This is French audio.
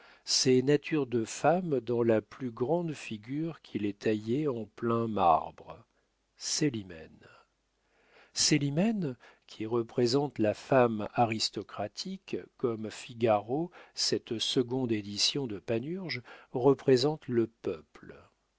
ces natures de femmes dans la plus grande figure qu'il ait taillée en plein marbre célimène célimène qui représente la femme aristocratique comme figaro cette seconde édition de panurge représente le peuple